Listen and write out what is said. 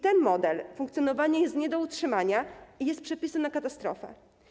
Ten model funkcjonowania jest nie do utrzymania i jest przepisem na katastrofę.